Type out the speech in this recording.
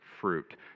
fruit